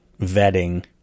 vetting